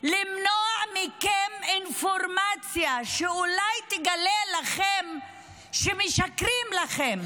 למנוע מכם אינפורמציה שאולי תגלה לכם שמשקרים לכם,